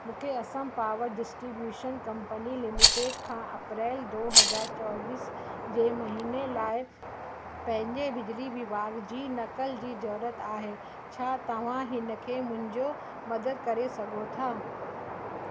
मूंखे Assam power distribution company limited खां अप्रैल दौ हज़ार चोवीह जे महीने लाइ पंहिंजे बिजली विभाग जी नकल जी जरूरत आहे छा तव्हां हिन खे मुंहिंजो मदद करे सघो था